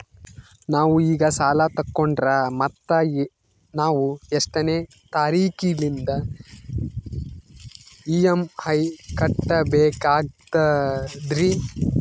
ನಾವು ಈಗ ಸಾಲ ತೊಗೊಂಡ್ರ ಮತ್ತ ನಾವು ಎಷ್ಟನೆ ತಾರೀಖಿಲಿಂದ ಇ.ಎಂ.ಐ ಕಟ್ಬಕಾಗ್ತದ್ರೀ?